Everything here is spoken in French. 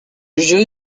jeu